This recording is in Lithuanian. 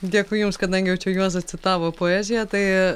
dėkui jums kadangi jau čia juozas citavo poeziją tai